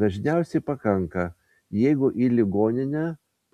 dažniausiai pakanka jeigu į ligoninę